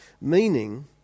Meaning